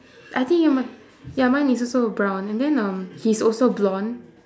I think you mu~ ya mine is also brown and then um he's also blond